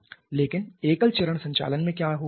लेकिन एकल चरण संचालन में क्या हो रहा है